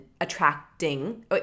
attracting